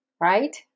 right